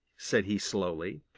said he slowly,